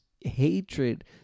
hatred